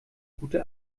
gute